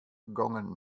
gongen